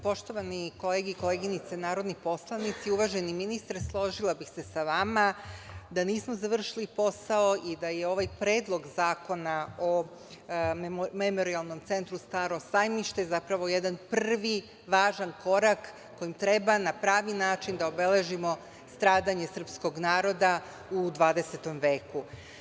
Poštovane kolege i koleginice narodni poslanici, uvaženi ministre složila bih se sa vama da nismo završili posao i da je ovaj predlog zakona o Memorijalnom centru „Staro sajmište“, zapravo jedan prvi važan korak koji treba na pravi način da obeležimo stradanje srpskog naroda u 20.veku.